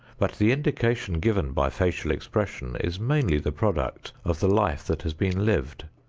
but the indication given by facial expression is mainly the product of the life that has been lived,